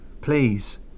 Please